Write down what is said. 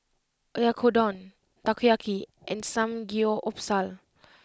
Oyakodon Takoyaki and Samgyeopsal